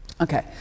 Okay